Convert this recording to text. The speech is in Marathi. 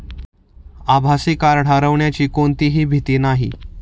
आभासी कार्ड हरवण्याची कोणतीही भीती नाही